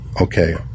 Okay